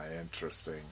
interesting